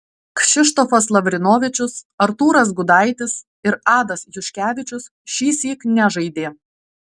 kšištofas lavrinovičius artūras gudaitis ir adas juškevičius šįsyk nežaidė